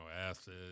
acid